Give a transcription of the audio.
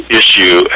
issue